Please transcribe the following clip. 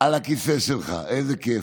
על הכיסא שלך, איזה כיף,